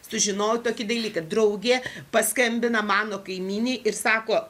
sužinojau tokį dalyką draugė paskambina mano kaimynei ir sako